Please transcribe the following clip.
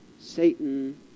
Satan